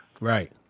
Right